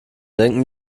denken